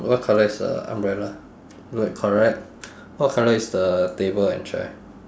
what colour is the umbrella blue and correct what colour is the table and chair